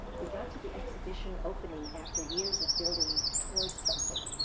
we got to the exhibition opening after years of building towards something.